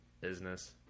business